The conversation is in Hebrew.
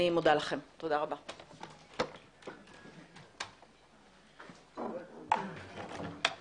הישיבה ננעלה בשעה 10:30.